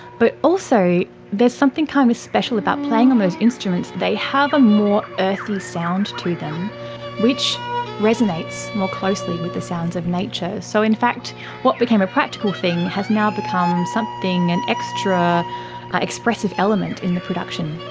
but also there's something kind of special about playing on those instruments, they have a more earthy sound to them which resonates more closely with the sounds of nature. so in fact what became a practical thing has now become something, an extra expressive element in the production.